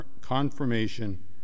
confirmation